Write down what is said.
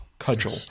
cudgel